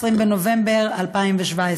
20 בנובמבר 2017,